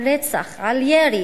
על רצח, על ירי.